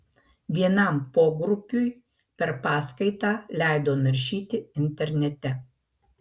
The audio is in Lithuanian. vienam pogrupiui per paskaitą leido naršyti internete